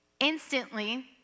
Instantly